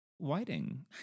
whiting